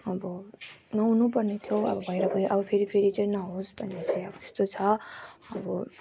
अब नहुनु पर्ने थियो अब भएर गयो अब फेरि फेरि चाहिँ नहोस् भनेर चाहिँ अब यस्तो छ अब